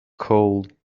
cold